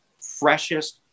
freshest